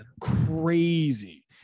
crazy